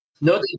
No